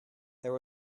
there